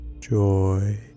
joy